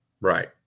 Right